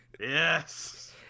Yes